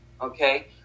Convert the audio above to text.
okay